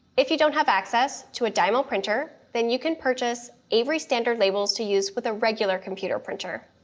if you don't have access to a dymo printer, then you can purchase avery standard labels to use with a regular computer printer.